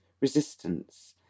resistance